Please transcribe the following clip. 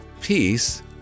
Peace